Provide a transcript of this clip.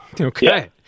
Okay